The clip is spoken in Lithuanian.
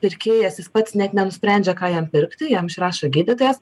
pirkėjas jis pats net nenusprendžia ką jam pirkti jam išrašo gydytojas